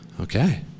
Okay